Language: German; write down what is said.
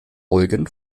eugen